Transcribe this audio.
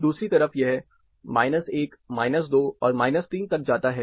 दूसरी तरफ यह 1 2 और 3 तक जाता है